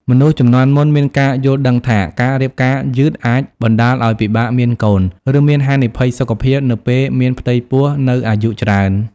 មនុស្សជំនាន់មុនមានការយល់ដឹងថា ការរៀបការយឺតអាចបណ្ដាលឲ្យពិបាកមានកូន ឬមានហានិភ័យសុខភាពនៅពេលមានផ្ទៃពោះនៅអាយុច្រើន ។